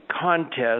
contest